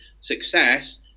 success